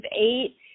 eight